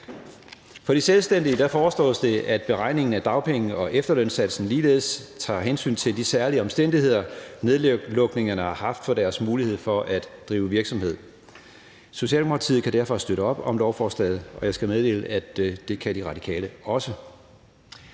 For de selvstændige foreslås det, at beregningen af dagpenge- og efterlønssatsen ligeledes tager hensyn til de særlige omstændigheder, nedlukningerne har haft for deres mulighed for at drive virksomhed. Socialdemokratiet kan derfor støtte op om lovforslaget, og jeg skal meddele, at det kan De Radikale også.